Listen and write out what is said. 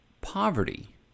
poverty